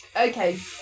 Okay